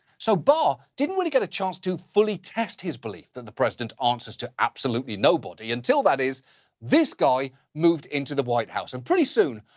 so, barr didn't really get a chance to fully test his belief that the president answers to absolutely nobody until that is this guy moved into the white house. and pretty soon,